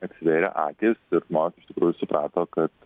atsivėrė akys ir žmonės iš tikrųjų suprato kad